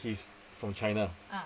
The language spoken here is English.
he's from china